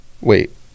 Wait